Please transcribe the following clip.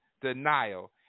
denial